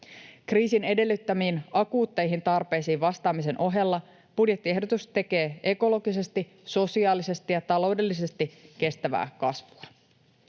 Kriisin edellyttämiin akuutteihin tarpeisiin vastaamisen ohella budjettiehdotus tukee ekologisesti, sosiaalisesti ja taloudellisesti kestävää kasvua.